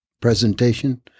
presentation